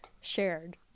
shared